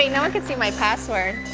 ah no one can see my password.